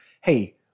hey